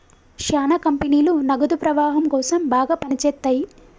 శ్యానా కంపెనీలు నగదు ప్రవాహం కోసం బాగా పని చేత్తయ్యి